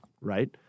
Right